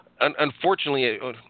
unfortunately